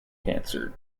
cancer